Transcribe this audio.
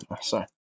Sorry